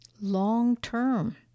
long-term